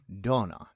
Donna